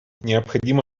необходимо